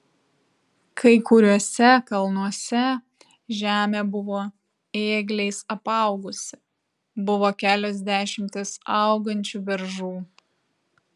kai kuriuose kalnuose žemė buvo ėgliais apaugusi buvo kelios dešimtys augančių beržų